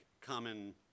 common